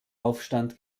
aufstand